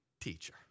teacher